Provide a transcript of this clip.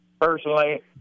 personally